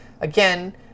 Again